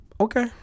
Okay